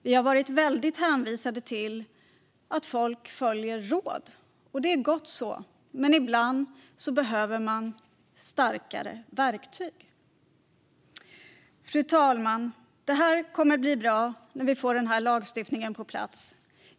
Vi har varit väldigt hänvisade till att folk följer råd, och det är gott så - men ibland behöver man starkare verktyg. Fru talman! Det kommer att bli bra när vi får den här lagstiftningen på plats.